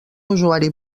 usuari